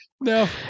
no